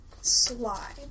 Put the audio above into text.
Sly